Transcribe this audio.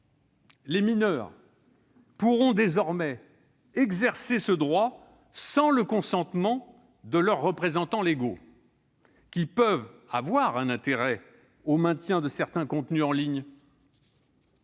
Les mineurs pourront désormais exercer ce droit sans le consentement de leurs représentants légaux, lesquels peuvent avoir un intérêt au maintien de certains contenus en ligne.